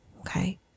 okay